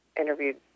interviewed